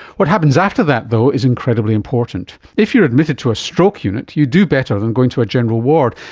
what happens after that though is incredibly important. if you are admitted to a stroke unit, you do better than going to a general ward,